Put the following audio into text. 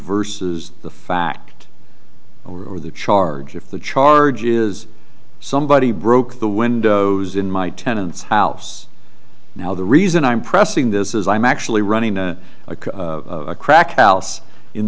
versus the fact or the charge of the charge is somebody broke the windows in my tenants house now the reason i'm pressing this is i'm actually running a crack house in